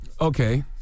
Okay